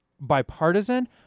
bipartisan